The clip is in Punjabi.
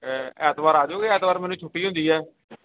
ਐਤਵਾਰ ਆ ਜਾਓਗੇ ਐਤਵਾਰ ਮੈਨੂੰ ਛੁੱਟੀ ਹੁੰਦੀ ਹੈ